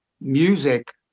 music